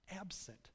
absent